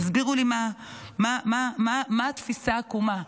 תסבירו לי מה התפיסה העקומה,